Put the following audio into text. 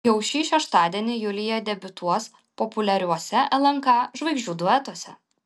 jau šį šeštadienį julija debiutuos populiariuose lnk žvaigždžių duetuose